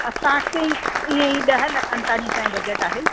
असांखे ईअं ही ॾह लखनि ताणी असांजो बज़ट आहे